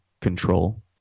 control